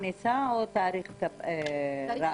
תאריך כניסה, או תאריך ראיון?